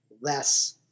less